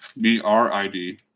B-R-I-D